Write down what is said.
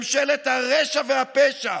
ממשלת הרשע והפשע,